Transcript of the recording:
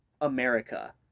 America